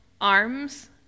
arms